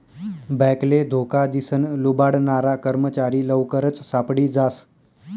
बॅकले धोका दिसन लुबाडनारा कर्मचारी लवकरच सापडी जास